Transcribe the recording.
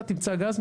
אתה תמצא גז?